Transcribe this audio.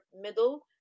middle